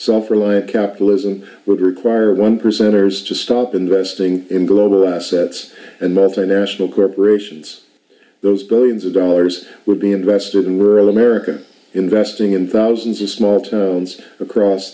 from capitalism would require one percenters to stop investing in global assets and multinational corporations those billions of dollars would be invested in rural america investing in thousands of small towns across